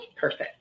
perfect